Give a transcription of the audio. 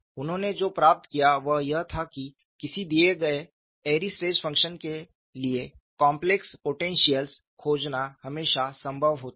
उन्होंने जो प्राप्त किया वह यह था कि किसी दिए गए एरी के स्ट्रेस फ़ंक्शन के लिए कॉम्प्लेक्स पोटेंशिअल्स खोजना हमेशा संभव होता है